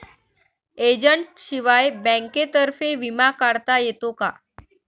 एजंटशिवाय बँकेतर्फे विमा काढता येतो का?